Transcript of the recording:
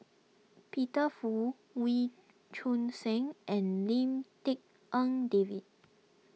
Peter Fu Wee Choon Seng and Lim Tik En David